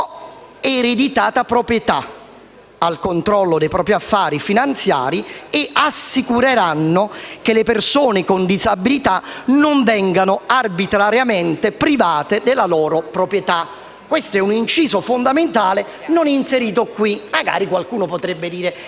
ereditata proprietà, al controllo dei propri affari finanziari (...) e assicureranno che le persone con disabilità non vengano arbitrariamente private della loro proprietà». Questo è un inciso fondamentale non inserito nel provvedimento in esame. Magari qualcuno potrebbe dire